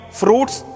fruits